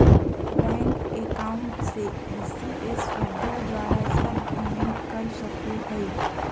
bank account से ECS सुविधा द्वारा सब पेमेंट कर सको हइ